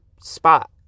spot